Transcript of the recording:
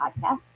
podcast